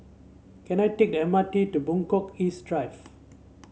can I take the M R T to Buangkok East Drive